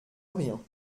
rien